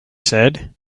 said